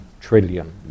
trillion